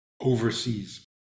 overseas